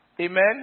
amen